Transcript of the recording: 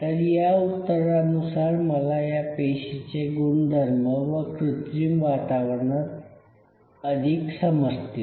तर या उत्तरानुसार मला या पेशीचे गुणधर्म या कृत्रिम वातावरणात अधिक समजतील